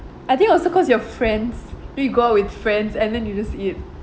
I think also cause your friends so you go out with friends and then you just eat